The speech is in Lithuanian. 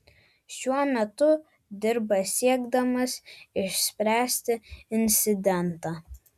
šiuo metu dirba siekdamas išspręsti incidentą